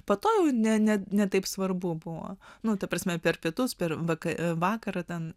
po to jau ne ne taip svarbu buvo nu ta prasme per pietus per vakarą ten